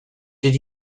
did